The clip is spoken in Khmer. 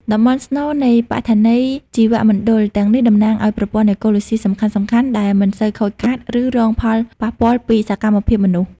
តំបន់ស្នូលនៃបឋនីយជីវមណ្ឌល ទាំងនេះតំណាងឱ្យប្រព័ន្ធអេកូឡូស៊ីសំខាន់ៗ ដែលមិនសូវខូចខាត ឬរងផលប៉ះពាល់ពីសកម្មភាពមនុស្ស។